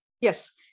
Yes